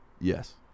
Yes